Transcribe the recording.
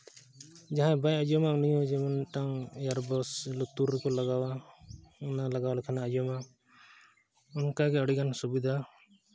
ᱡᱟᱦᱟᱸᱭ ᱵᱟᱭ ᱟᱸᱡᱚᱢᱟ ᱩᱱᱤ ᱦᱚᱸ ᱡᱮᱢᱚᱱ ᱢᱤᱫᱴᱟᱱ ᱤᱭᱟᱨ ᱯᱷᱳᱨᱥ ᱞᱩᱛᱩᱨ ᱨᱮᱠᱚ ᱞᱟᱜᱟᱣᱟ ᱚᱱᱟ ᱞᱟᱜᱟᱣ ᱞᱮᱠᱷᱟᱱ ᱟᱸᱡᱚᱢᱟ ᱚᱱᱠᱟᱜᱮ ᱟᱹᱰᱤᱜᱟᱱ ᱥᱩᱵᱤᱫᱷᱟ